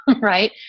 right